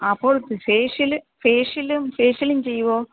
അപ്പോൾ ഫേഷ്യല് ഫേഷ്യലും ഫേഷ്യലും ചെയ്യുമോ